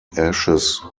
ashes